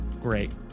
great